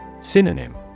Synonym